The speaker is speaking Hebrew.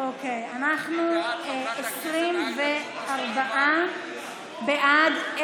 אז 24 בעד,